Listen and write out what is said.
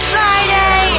Friday